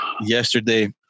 yesterday